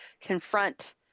confront